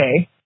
okay